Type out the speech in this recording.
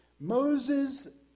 Moses